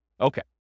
Okay